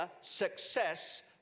success